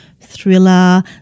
thriller